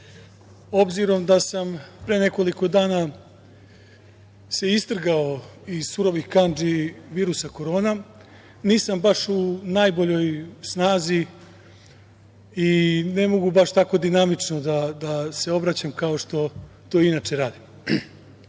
obzirom da sam pre nekoliko dana se istrgao iz surovih kandži virusa korona, nisam baš u najboljoj snazi i ne mogu baš tako dinamično da se obraćam kao što to inače radim